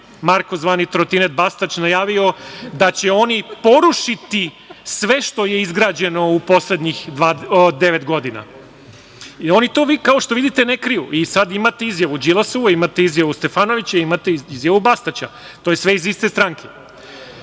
Marko, zvani „ trotinet Bastać“, najavio da će oni porušiti sve što je izgrađeno u poslednjih devet godina. Kao što vidite, oni to ne kriju i sada imate izjavu Đilasovu, Stefanovićevu, imate i izjavu Bastaća. To je sve iz iste stranke.